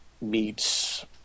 meets